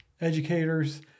educators